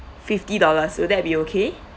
fifty dollars would that be okay